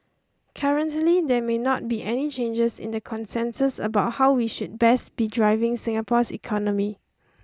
currently there may not be any changes in the consensus about how we should best be driving Singapore's economy